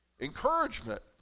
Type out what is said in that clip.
Encouragement